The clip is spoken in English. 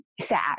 sad